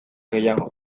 gehiago